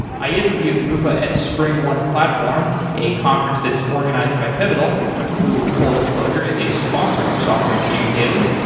i interviewed rupa at springone platform, a conference that is organized by pivotal who, full disclosure, is a sponsor of software engineering daily,